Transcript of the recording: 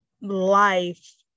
life